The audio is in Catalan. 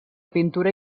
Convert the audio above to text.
pintura